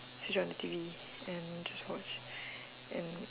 switch on the T_V and just watch and